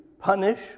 punish